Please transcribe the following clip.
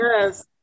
Yes